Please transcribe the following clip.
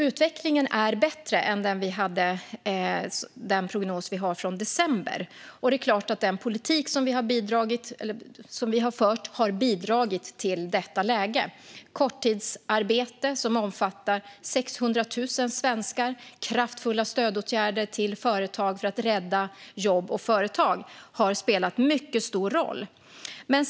Utvecklingen är alltså bättre än prognosen från december, och det är klart att den politik som vi har fört har bidragit till detta läge. Korttidsarbete som omfattar 600 000 svenskar och kraftfulla stödåtgärder till företag för att rädda jobb och företag har spelat mycket stor roll.